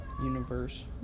universe